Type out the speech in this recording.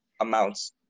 amounts